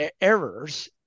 errors